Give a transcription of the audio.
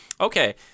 okay